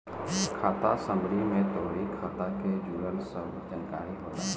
खाता समरी में तोहरी खाता के जुड़ल सब जानकारी होला